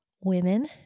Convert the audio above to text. women